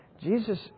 Jesus